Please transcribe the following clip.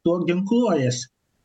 tuo ginkluojasi